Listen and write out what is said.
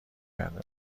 کرده